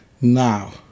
Now